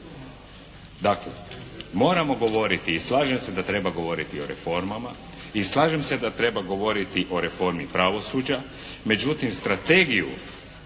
Dakle, moramo govoriti i slažem se da treba govoriti o reformama i slažem se da treba govoriti o reformi pravosuđa. Međutim, strategiju